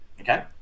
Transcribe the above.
okay